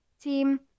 team